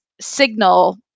signal